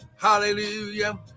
hallelujah